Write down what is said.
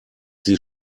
sie